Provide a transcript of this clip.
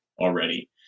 already